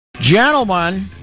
Gentlemen